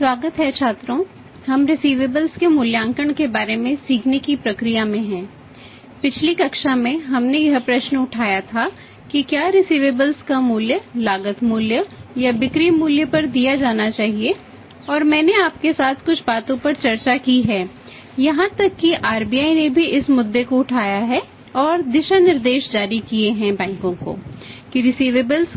स्वागत है छात्रों हम रिसिवेबल्स